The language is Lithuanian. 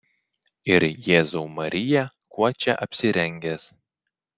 ir jėzau marija kuo čia apsirengęs